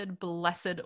blessed